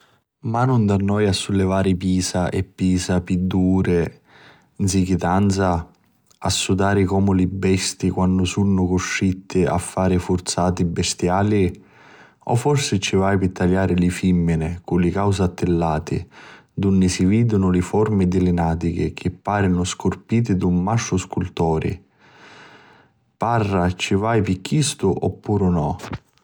...ma nun t'annoia a sullivari pisa e pisa pi dui uri nsichitanza, a sudari comu li besti quannu sunnu custritti a fari furzati bistiali. O forsi ci vai pi taliari li fimmini cu li causi attillati dunni si vidinu li furmi di li natichi chi pàrinu scurpiti d'un maistru sculturi. Parra ci vai pi chistu oppuru no?